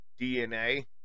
DNA